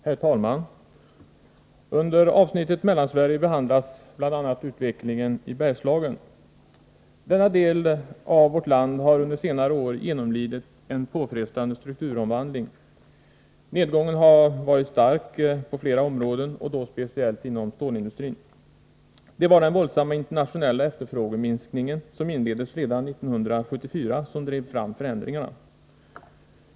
Herr talman! I avsnittet Mellansverige behandlas bl.a. utvecklingen i Bergslagen. Denna del av vårt land har under senare år genomlidit en påfrestande strukturomvandling. Nedgången har varit stark på flera områden och då speciellt inom stålindustrin. Det var den våldsamma internationella efterfrågeminskningen som inleddes redan 1974 som drev fram förändringarna.